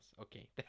okay